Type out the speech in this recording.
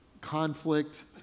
conflict